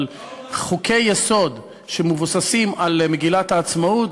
אבל חוקי-יסוד שמבוססים על מגילת העצמאות,